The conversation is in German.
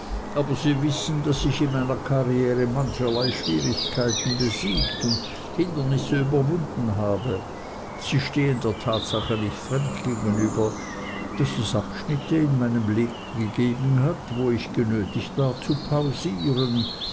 aber sie wissen daß ich in meiner karriere mancherlei schwierigkeiten besiegt und hindernisse überwunden habe sie stehen der tatsache nicht fremd gegenüber daß es abschnitte in meinem leben gegeben hat wo ich genötigt war zu pausieren